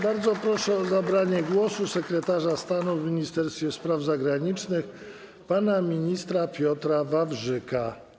Bardzo proszę o zabranie głosu sekretarza stanu w Ministerstwie Spraw Zagranicznych pana ministra Piotra Wawrzyka.